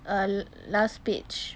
uh last page